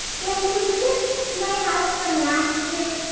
grinch, was this my house from last year?